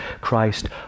Christ